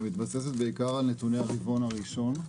היא מתבססת בעיקר על נתוני הרבעון הראשון.